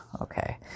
Okay